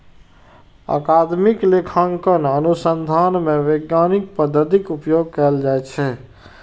अकादमिक लेखांकन अनुसंधान मे वैज्ञानिक पद्धतिक उपयोग कैल जाइ छै